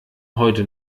heute